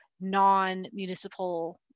non-municipal